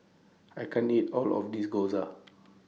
I can't eat All of This Gyoza